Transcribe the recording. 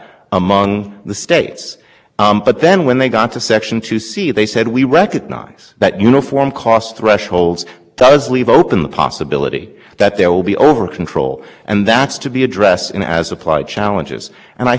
in other words for the lower well but if it's texas then it's not a subject of the good neighbor provision that's about affects of one state on another state there are a whole bevy of other provisions that control what texas has to do to control its own emissions and by the way no other upwind state